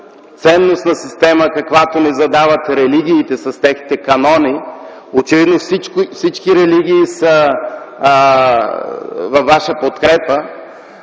ценностна система, каквато ни задават религиите с техните канони. Очевидно всички религии са във Ваша подкрепа.